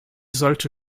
sollte